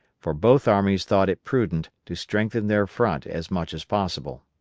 for both armies thought it prudent to strengthen their front as much as possible.